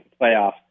playoff